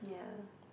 yeah